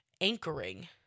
anchoring